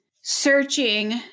searching